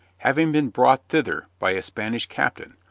having been brought thither by a spanish captain,